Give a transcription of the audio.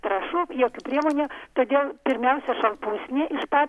trąšų jokių priemonių todėl pirmiausia šalpusniai iš pat